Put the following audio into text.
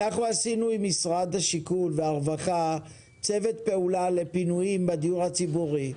אנחנו עשינו עם משרד השיכון והרווחה צוות פעולה לפינויים בדיור הציבורי.